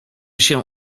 się